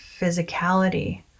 physicality